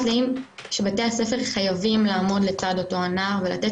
בתי הספר חייבים לעמוד לצד אותו הנער ולתת